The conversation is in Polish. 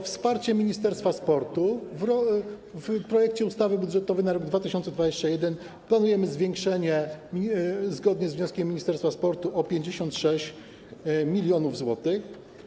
Wsparcie Ministerstwa Sportu - w projekcie ustawy budżetowej na rok 2021 planujemy zwiększenie, zgodnie z wnioskiem Ministerstwa Sportu, o 56 mln zł.